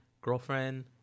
girlfriend